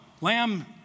Lamb